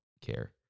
care